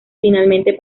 finalmente